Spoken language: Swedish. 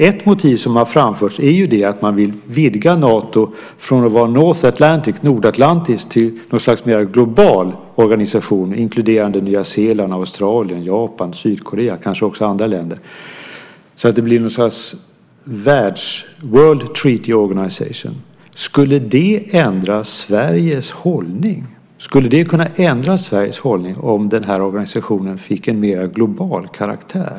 Ett motiv som har framförts är att man vill vidga Nato från att vara North Atlantic , nordatlantisk, till att vara något slags mer global organisation inkluderande Nya Zeeland, Australien, Japan, Sydkorea och kanske också andra länder. Det blir något slags world treaty organization . Skulle det kunna ändra Sveriges hållning om organisationen fick en mer global karaktär?